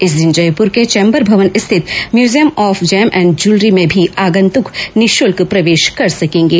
इस दिन जयपुर के चैम्बर भवन स्थित museum of gem and jewellery में भी आगंतुक निशुल्क प्रवेश कर सकेंगे